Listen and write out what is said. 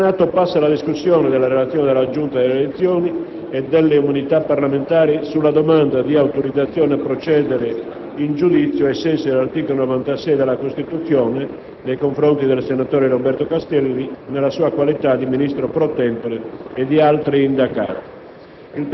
IV-*bis*, n. 3, recante: «Relazione della Giunta delle elezioni e delle immunità parlamentari sulla domanda di autorizzazione a procedere in giudizio, ai sensi dell'articolo 96 della Costituzione, nei confronti del senatore Roberto Castelli, nella sua qualità di ministro della giustizia